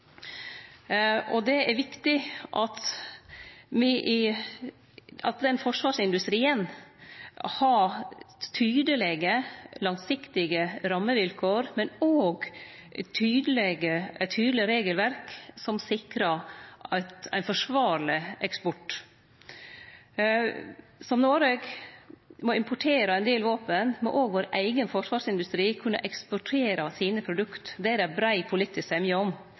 Det er viktig at den forsvarsindustrien har tydelege og langsiktige rammevilkår, men òg eit tydeleg regelverk som sikrar ein forsvarleg eksport. Slik som Noreg må importere ein del våpen, må òg vår eigen forsvarsindustri kunne eksportere sine produkt. Dette er det brei politisk semje om.